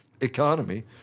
economy